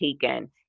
taken